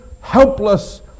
helpless